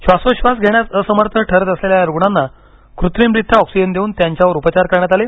श्वासोच्छवास घेण्यास असमर्थ ठरत असलेल्या या रुग्णांना कृत्रिमरीत्या ऑक्सिजन देवून त्यांच्यावर उपचार करण्यात आले